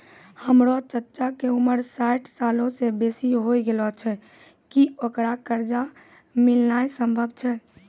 हमरो चच्चा के उमर साठ सालो से बेसी होय गेलो छै, कि ओकरा कर्जा मिलनाय सम्भव छै?